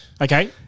Okay